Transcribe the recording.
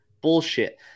Bullshit